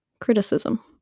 criticism